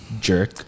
Jerk